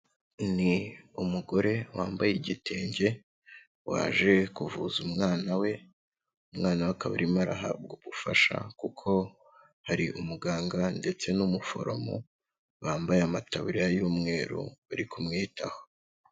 Ni umugore wambaye igitenge waje kuvuza umwana we, umwana we akaba arimo arahabwa ubufasha kuko hari umuganga ndetse n'umuforomo, bambaye amataburiya y'umweru bari kumwitaho.